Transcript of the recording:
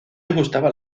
gustaban